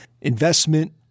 investment